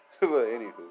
Anywho